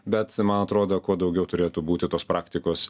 bet man atrodo kuo daugiau turėtų būti tos praktikos